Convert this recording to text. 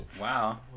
Wow